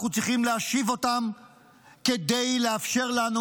אנחנו צריכים להשיב אותם כדי לאפשר לנו